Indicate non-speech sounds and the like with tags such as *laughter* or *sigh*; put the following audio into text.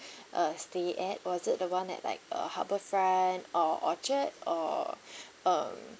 uh stay at was it the one at like uh harbourfront or orchard or *breath* uh